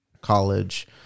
college